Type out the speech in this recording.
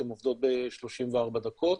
הן עובדות ב-34 דקות.